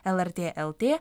lrt lt